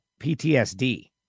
PTSD